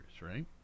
right